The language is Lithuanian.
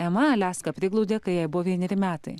ema aliaską priglaudė kai jai buvo vieneri metai